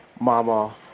Mama